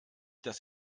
das